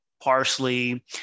Parsley